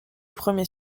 premiers